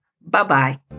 Bye-bye